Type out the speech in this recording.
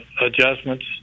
adjustments